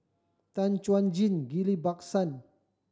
Tan Chuan Jin Ghillie Basan